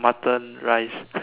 mutton rice